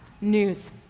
News